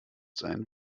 sein